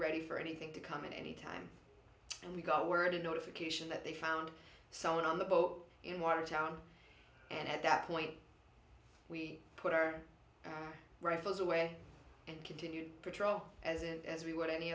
ready for anything to come in any time and we got word a notification that they found someone on the boat in watertown and at that point we put our rifles away and continue patrol as and as we would any